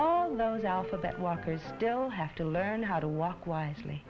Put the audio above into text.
all those alphabet walkers still have to learn how to walk wisely